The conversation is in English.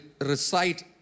recite